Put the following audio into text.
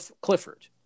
Clifford